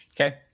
Okay